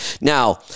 Now